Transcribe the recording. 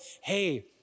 hey